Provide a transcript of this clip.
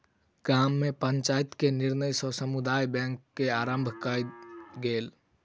गाम में पंचायत के निर्णय सॅ समुदाय बैंक के आरम्भ कयल गेल